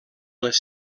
les